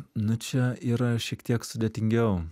nu čia yra šiek tiek sudėtingiau